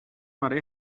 برای